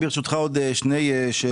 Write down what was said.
ברשותך אדוני, עוד שתי שאלות.